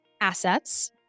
assets